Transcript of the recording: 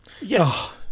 Yes